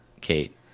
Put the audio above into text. Kate